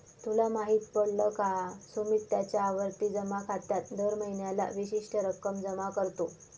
तुला माहित पडल का? सुमित त्याच्या आवर्ती जमा खात्यात दर महीन्याला विशिष्ट रक्कम जमा करतो